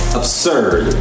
absurd